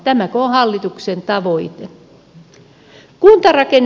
tämäkö on hallituksen tavoite